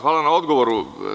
Hvala na odgovoru.